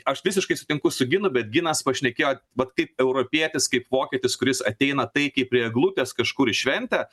aš visiškai sutinku su ginu bet ginas pašnekėjo vat kaip europietis kaip vokietis kuris ateina taikiai prie eglutės kažkur į šventę